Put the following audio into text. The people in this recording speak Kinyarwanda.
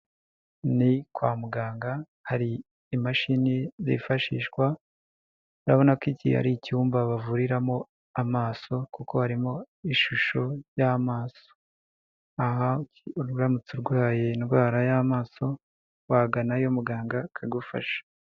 Ni kwa muganga hari imashini zifashishwa, urabona ko iki ari icyumba bavuriramo amaso kuko harimo ishusho y'amaso. Aha uramutse urwaye indwara y'amaso waganayo muganga akagufasha.